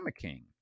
King